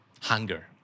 hunger